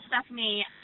Stephanie